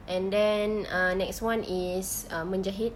and then uh next one is menjahit